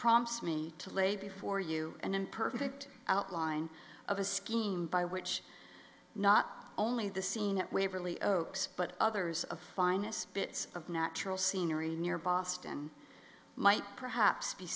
prompts me to lay before you an imperfect outline of a scheme by which not only the scene at waverley oaks but others of finest bits of natural scenery near boston might perhaps be